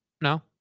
no